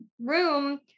room